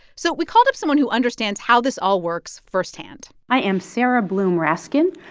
so we called up someone who understands how this all works firsthand i am sarah bloom raskin.